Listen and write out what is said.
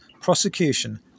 prosecution